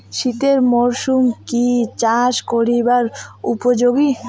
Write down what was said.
শীতের মরসুম কি চাষ করিবার উপযোগী?